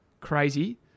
crazy